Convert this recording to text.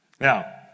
Now